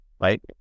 right